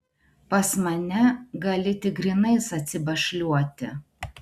pas mane gali tik grynais atsibašliuoti